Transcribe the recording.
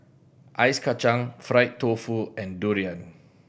Ice Kachang fried tofu and durian